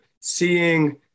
seeing